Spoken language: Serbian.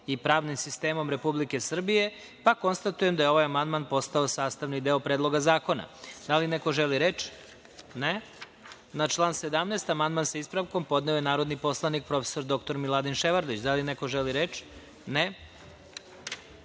i pravnim sistemom Republike Srbije, pa konstatujem da je ovaj amandman postao sastavni deo Predloga zakona. Da li neko želi reč? (Ne.)Na član 17. amandman, sa ispravkom, podneo je narodni poslanik prof. dr Miladin Ševarlić. Da li neko želi reč?